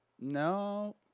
No